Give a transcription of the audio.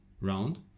round